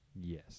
Yes